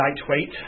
lightweight